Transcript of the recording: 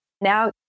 Now